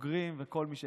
בוגרים וכל מי שאפשר.